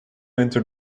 enter